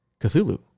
Cthulhu